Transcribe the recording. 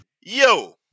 Yo